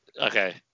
Okay